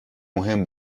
مهم